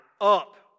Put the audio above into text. up